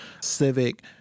civic